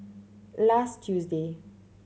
last Tuesday